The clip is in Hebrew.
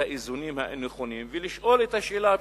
האיזונים הנכונים ולשאול את השאלה הפשוטה,